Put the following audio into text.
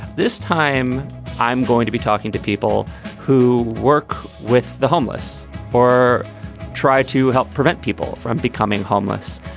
this time i'm going to be talking to people who work with the homeless or try to help prevent people from becoming homeless.